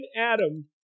Adam